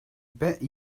bet